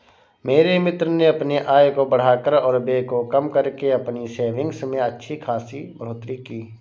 मेरे मित्र ने अपने आय को बढ़ाकर और व्यय को कम करके अपनी सेविंग्स में अच्छा खासी बढ़ोत्तरी की